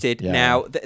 now